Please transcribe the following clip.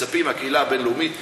מצפים מהקהילה הבין-לאומית לא',